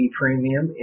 premium